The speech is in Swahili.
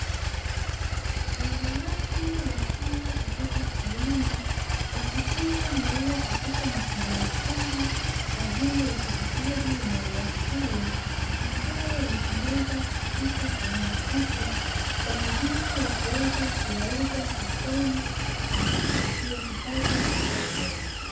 Wanawake wakiwa katika kiwanda wakifunga maua katika mafungumafungu kwa ajili ya uchakataji wa maua hayo ambayo yanapendeza katika kiwanda hicho, kwa ajili ya kuweza kuyauza sokoni na kujipatia kipato kidogo.